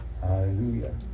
Hallelujah